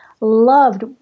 loved